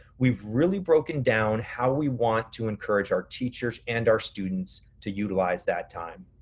we've really broken down how we want to encourage our teachers and our students to utilize that time.